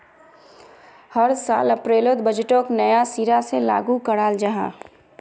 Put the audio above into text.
हर साल अप्रैलोत बजटोक नया सिरा से लागू कराल जहा